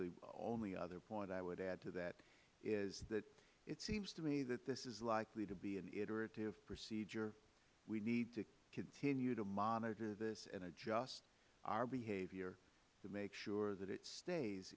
the only other point i would add to that is it seems to me that this is likely to be an iterative procedure we need to continue to monitor this and adjust our behavior to make sure that it stays